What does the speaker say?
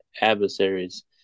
adversaries